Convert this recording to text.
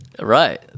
right